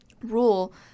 rule